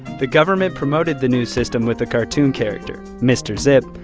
the government promoted the new system with a cartoon character, mr. zip,